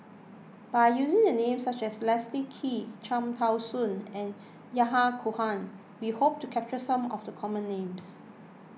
by using the names such as Leslie Kee Cham Tao Soon and Yahya Cohen we hope to capture some of the common names